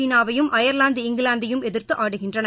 சீனாவையும் Ireland இங்கிலாந்தையும் எதிா்த்து ஆடுகின்றன